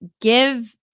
give